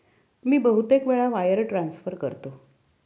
मी बहुतेक वेळा wire transfer करतो